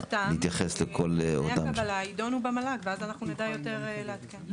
תנאי הקבלה יידונו במל"ג ואז נדע יותר לעדכן.